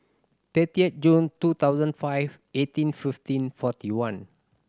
thirty June two thousand and five eighteen fifteen forty one